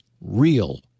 real